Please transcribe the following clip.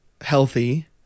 healthy